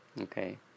okay